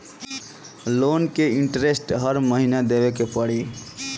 Loan के interest हर महीना देवे के पड़ी?